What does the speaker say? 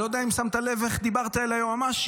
ואני לא יודע אם שמת לב איך דיברת אל היועמ"שית.